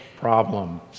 problems